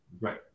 Right